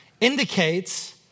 Indicates